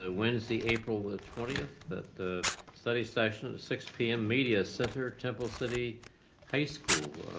ah wednesday april the twentieth, but the study session at six p m. media center, temple city high school.